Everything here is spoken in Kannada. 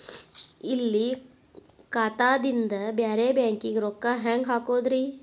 ಇಲ್ಲಿ ಖಾತಾದಿಂದ ಬೇರೆ ಬ್ಯಾಂಕಿಗೆ ರೊಕ್ಕ ಹೆಂಗ್ ಹಾಕೋದ್ರಿ?